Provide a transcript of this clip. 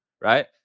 right